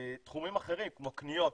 תחומים אחרים כמו קניות,